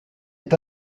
est